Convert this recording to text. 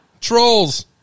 Trolls